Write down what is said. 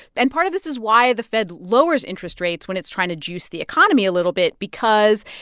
and part of this is why the fed lowers interest rates when it's trying to juice the economy a little bit because,